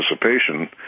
participation